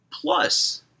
Plus